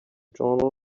journal